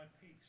peace